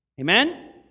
Amen